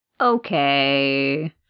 Okay